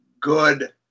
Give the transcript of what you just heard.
good